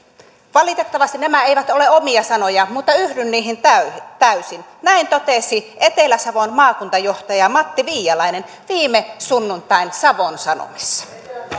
valitettavasti nämä eivät ole omia sanojani mutta yhdyn niihin täysin täysin näin totesi etelä savon maakuntajohtaja matti viialainen viime sunnuntain savon sanomissa